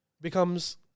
becomes